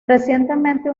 recientemente